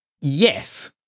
Yes